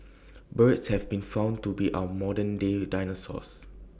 birds have been found to be our modern day dinosaurs